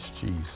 Jesus